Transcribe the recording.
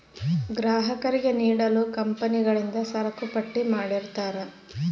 ಗ್ರಾಹಕರಿಗೆ ನೀಡಲು ಕಂಪನಿಗಳಿಂದ ಸರಕುಪಟ್ಟಿ ಮಾಡಿರ್ತರಾ